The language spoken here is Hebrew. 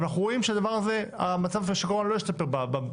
אבל אנחנו רואים שהמצב של הקורונה לא השתפר בעולם.